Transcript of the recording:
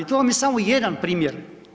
To vam je samo jedan primjer.